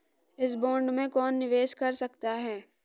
इस बॉन्ड में कौन निवेश कर सकता है?